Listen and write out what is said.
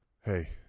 hey